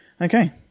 Okay